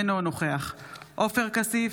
אינו נוכח עופר כסיף,